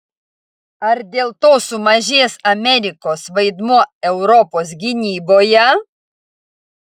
ar dėl to sumažės amerikos vaidmuo europos gynyboje